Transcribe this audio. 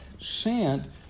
Sent